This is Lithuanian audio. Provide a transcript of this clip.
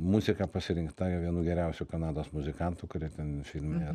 muzika pasirinkta jau vienų geriausių kanados muzikantų kurie ten filme ir